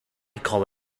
call